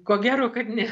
ko gero kad ne